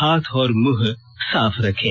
हाथ और मुंह साफ रखें